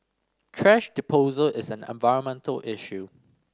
thrash disposal is an environmental issue